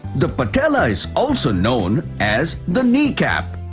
the patella is also known as the kneecap.